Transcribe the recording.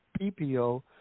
PPO